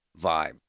vibe